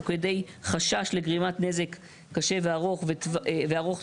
או כדי חשש לגרימת נזק קשה וארוך טווח